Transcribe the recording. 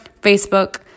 Facebook